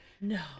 no